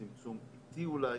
צמצום איטי אולי